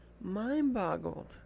mind-boggled